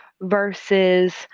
versus